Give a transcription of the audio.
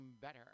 Better